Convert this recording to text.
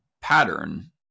pattern